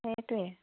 সেইটোৱে